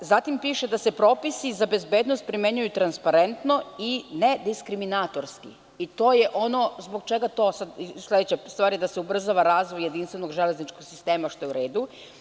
Zatim piše da se propisi za bezbednost primenjuju transparentno i nediskriminitaroski i to je ono zbog čega je sledeća stvar da se ubrzava razvoj jedinstvenog železničkog sistema što je u redu.